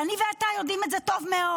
ואני ואתה יודעים את זה טוב מאוד.